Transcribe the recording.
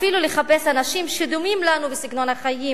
אפילו לחפש אנשים שדומים לנו בסגנון החיים.